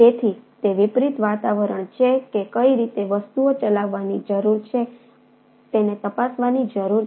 તેથી તે વિપરીત વાતાવરણ છે કે કઈ રીતે વસ્તુઓ ચલાવવાની જરૂર છે તેને તપાસવાની જરૂર છે